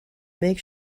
make